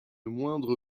moindre